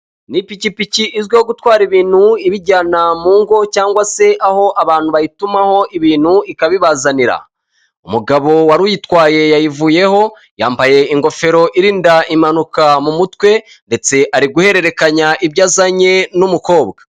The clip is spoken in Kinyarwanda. Ipikipiki izwiho gutwara ibintu ibijyana mu ngo cyangwa se aho abantu bayitumaho ibintu ikabibazanira. Umugabo wari uyitwaye yayivuyeho yambaye ingofero irinda umanuka mu mutwe ndetse ari guhererekanya ibyo azanye n'umukobwa.